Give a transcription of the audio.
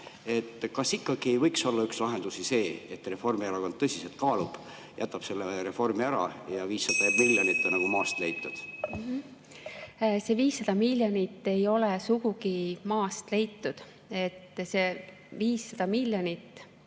kas ikkagi ei võiks olla üks lahendusi see, et Reformierakond tõsiselt kaalub, jätab selle reformi ära ja 500 miljonit on nagu maast leitud? See 500 miljonit ei ole sugugi maast leitud. See 500 miljonit,